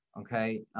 okay